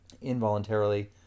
involuntarily